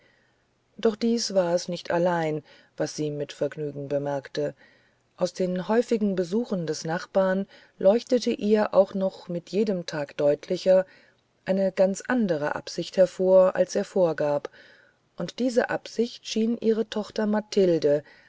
doch dies war es nicht allein was sie mit vergnügen bemerkte aus den häufigen besuchen des nachbarn leuchtete ihr auch noch mit jedem tage deutlicher eine ganz andre absicht hervor als er vorgab und diese absicht schien ihrer tochter mathilde